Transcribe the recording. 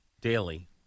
Daily